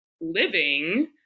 living